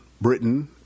Britain